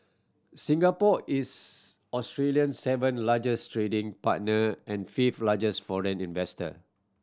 Singapore is Australian seventh largest trading partner and fifth largest foreign investor